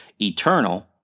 eternal